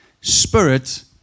Spirit